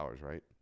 right